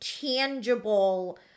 tangible